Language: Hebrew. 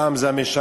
פעם זה המשרתים,